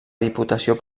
diputació